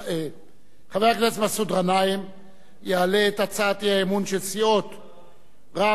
חבר הכנסת מסעוד גנאים יעלה את הצעת האי-אמון של סיעות רע"ם-תע"ל,